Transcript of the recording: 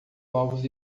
novos